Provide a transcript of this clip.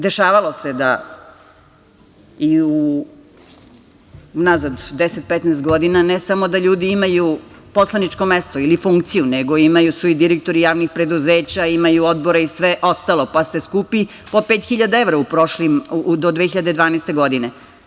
Dešavalo se da unazad 10, 15 godina, ne samo da ljudi imaju poslaničko mesto ili funkciju, nego imali su i direktori javnih preduzeća, imaju odbore i sve ostalo, pa se skupi po 5.000 evra do 2012. godine.